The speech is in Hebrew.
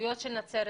הסוגיות של נצרת